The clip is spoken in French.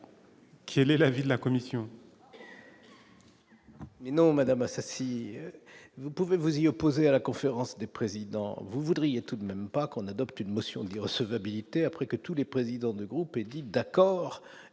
Quel est l'avis de la commission.